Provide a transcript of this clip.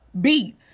beat